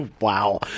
Wow